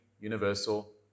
universal